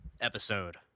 episode